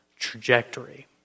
trajectory